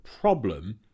problem